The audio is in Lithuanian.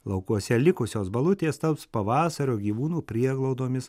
laukuose likusios balutės taps pavasario gyvūnų prieglaudomis